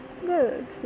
good